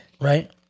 Right